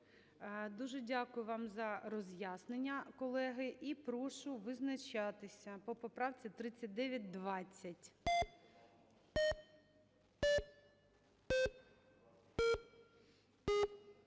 Дуже дякую вам за роз'яснення. Колеги, і прошу визначатися по поправці 3920.